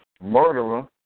murderer